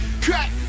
crack